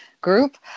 group